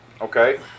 Okay